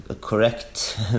correct